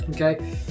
Okay